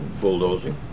Bulldozing